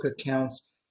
accounts